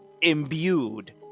imbued